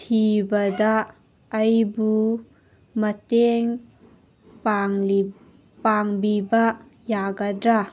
ꯊꯤꯕꯗ ꯑꯩꯕꯨ ꯃꯇꯦꯡ ꯄꯥꯡꯕꯤꯕ ꯌꯥꯒꯗ꯭ꯔꯥ